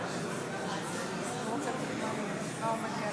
משה אבוטבול, נגד יולי